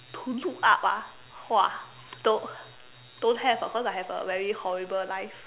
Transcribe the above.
to look up ah !wah! don't don't have ah cause I have a very horrible life